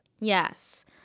Yes